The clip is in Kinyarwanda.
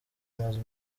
amazu